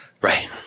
right